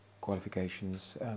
qualifications